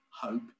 hope